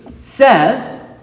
says